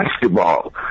basketball